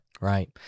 Right